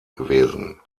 gewesen